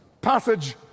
passage